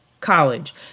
college